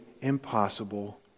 impossible